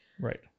Right